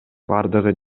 бардыгы